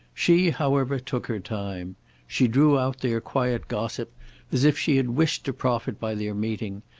she however took her time she drew out their quiet gossip as if she had wished to profit by their meeting,